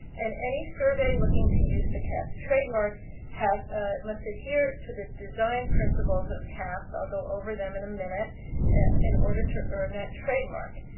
and any survey looking to use the cahps trademark ah must adhere to the design principles of cahps i'll go over them in a minute in order to earn that trademark.